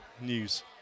news